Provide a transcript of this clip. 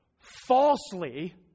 Falsely